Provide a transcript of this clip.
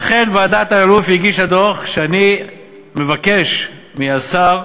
ואכן ועדת אלאלוף הגישה דוח, ואני מבקש מהשר: